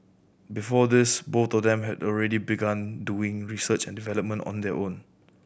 before this both of them had already begun doing research and development on their own